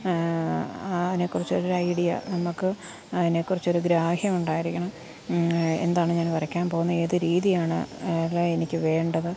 അതിനെ കുറിച്ച് ഒരു ഐഡ്യ നമുക്ക് അതിനെക്കുറിച്ച് ഒരു ഗ്രാഹ്യമുണ്ടായിരിക്കണം എന്താണ് ഞാൻ വരയ്ക്കാൻ പോകുന്നത് ഏത് രീതിയാണ് അഥവാ എനിക്ക് വേണ്ടത്